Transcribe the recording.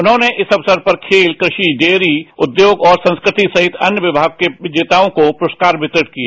उन्होंने इस अवसर पर खेल कृषि डेयरी उद्योग और संस्कृति सहित अन्य विभाग के विजेताओं को पुरस्कार वितरित किए